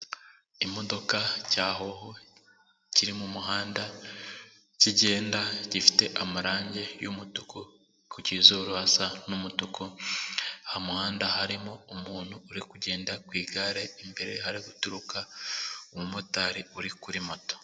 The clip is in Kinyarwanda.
Imodoka cya hoho kiri mu muhanda kigenda gifite amarangi y'umutuku ku kizuru hasa n'umutuku, mu muhanda harimo umuntu uri kugenda ku igare, imbere hari guturuka umumotari uri kuri moto.